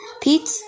Pete